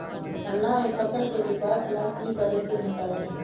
ठंडा में फसल के विकास ला की करे के होतै?